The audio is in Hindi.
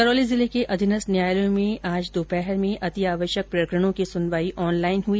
करौली जिले के अधीनस्थ न्यायालयों में आज दोपहर में अति आवश्यक प्रकरणों की सुनवाई ऑनलाइन हुई